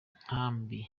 nkambi